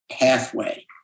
pathway